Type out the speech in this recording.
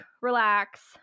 relax